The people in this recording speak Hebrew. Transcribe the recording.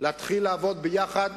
להתחיל לעבוד ביחד